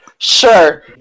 Sure